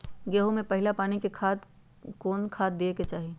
गेंहू में पहिला पानी के बाद कौन खाद दिया के चाही?